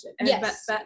yes